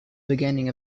beginning